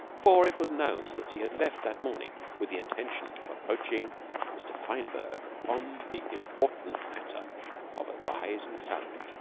for it was known that he had left that morning with the intention of approaching mr. fineberg on the important matter of a rise in salary.